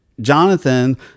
Jonathan